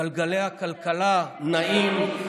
גלגלי הכלכלה נעים,